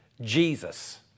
Jesus